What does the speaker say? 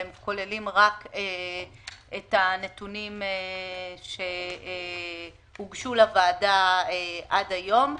הן כוללות רק את הנתונים שהוגשו לוועדה עד היום.